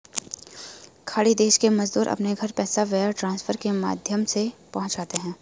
खाड़ी देश के मजदूर अपने घर पैसा वायर ट्रांसफर के माध्यम से पहुंचाते है